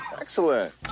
Excellent